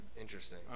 Interesting